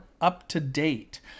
up-to-date